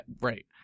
Right